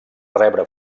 rebre